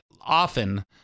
often